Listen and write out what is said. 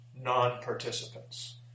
non-participants